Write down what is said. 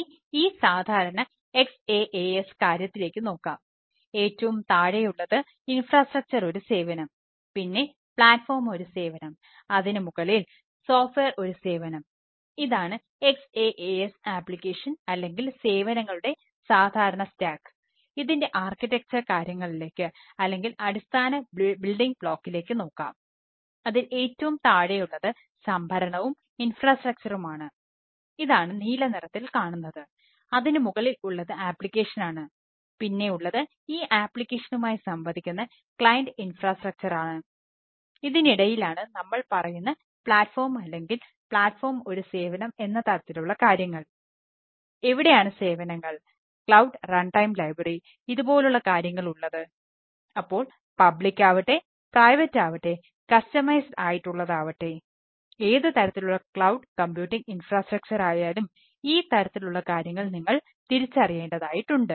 ഇനി ഈ സാധാരണ XaaS കാര്യത്തിലേക്ക് നോക്കാം ഏറ്റവും താഴെയുള്ളത് ഇൻഫ്രാസ്ട്രക്ച്ചർ ആയാലും ഈ തരത്തിലുള്ള കാര്യങ്ങൾ നിങ്ങൾ തിരിച്ചറിയേണ്ടതായിട്ടുണ്ട്